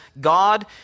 God